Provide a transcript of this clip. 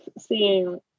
seeing